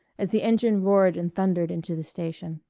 as the engine roared and thundered into the station.